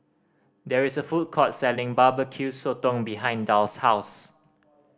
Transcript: there is a food court selling Barbecue Sotong behind Darl's house